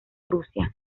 rusia